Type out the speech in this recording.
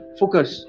focus